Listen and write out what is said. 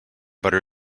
butter